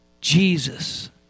Jesus